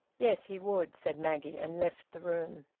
yes, he would, said maggie, and left the room.